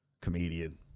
comedian